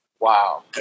Wow